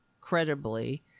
credibly